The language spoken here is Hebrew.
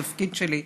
התפקיד שלי,